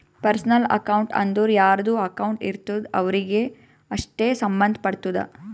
personal account ಅಂದುರ್ ಯಾರ್ದು account ಇರ್ತುದ್ ಅವ್ರಿಗೆ ಅಷ್ಟೇ ಸಂಭಂದ್ ಪಡ್ತುದ